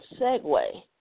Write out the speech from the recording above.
segue